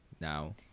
now